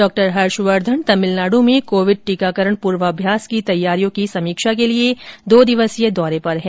doctor Harshvardhan Tamil Nadu में Covid टीकाकरण पूर्वाभ्यास की तैयारियों की समीक्षा के लिए दो दिवसीय दौरे पर हैं